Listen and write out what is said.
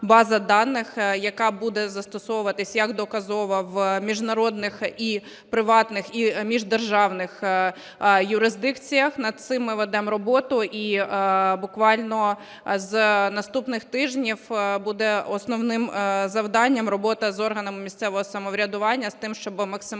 база даних, яка буде застосовуватись як доказова в міжнародних і приватних і міждержавних юрисдикціях. Над цим ми ведемо роботу, і буквально з наступних тижнів буде основним завданням робота з органами місцевого самоврядування з тим, щоби максимально